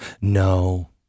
no